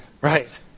right